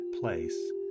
place